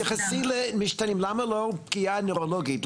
תתייחסי למשתנים למה לא פגיעה נוירולוגית?